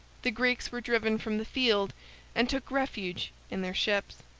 the greeks were driven from the field and took refuge in their ships.